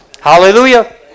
Hallelujah